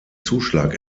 zuschlag